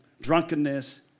drunkenness